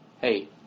hey